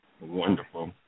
Wonderful